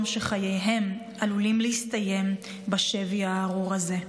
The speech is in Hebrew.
שחייהם עלולים להסתיים בשבי הארור הזה.